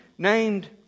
Named